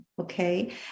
okay